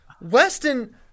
Weston